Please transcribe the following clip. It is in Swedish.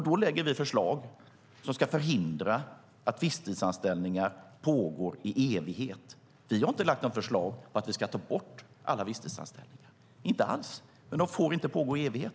Då lägger vi fram förslag som ska förhindra att visstidsanställningar pågår i evighet. Vi har inte lagt fram något förslag om att vi ska ta bort alla visstidsanställningar, inte alls, men de får inte pågå i evighet.